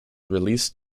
released